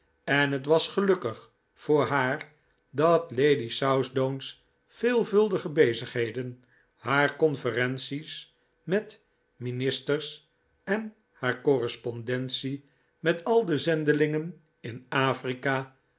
en het was gelukkig voor haar dat lady southdown's veelvuldige bezigheden haar conferenties met ministers en haar correspondentie met al de zendelingen in afrika